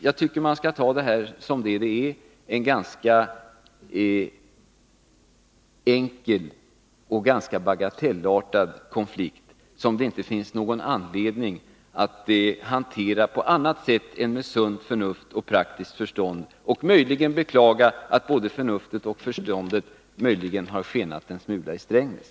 Jag tycker att man skall ta detta för vad det är: en ganska enkel och bagatellartad konflikt, som det inte finns någon anledning att hantera på annat sätt än med sunt förnuft och praktiskt förstånd. Möjligen kan man beklaga att både förnuftet och förståndet har skenat i väg en smula i Strängnäs.